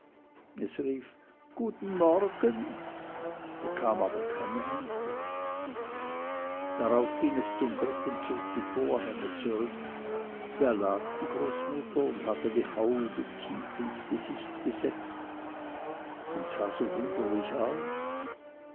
es rief guten morgen bekam aber keine antwort darauf ging es zum bett und zog die vorhänge zurück da lag die großmutter und hatte die haube tief ins gesicht gesetzt und sah so wunderlich aus